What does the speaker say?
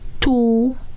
two